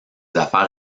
affaires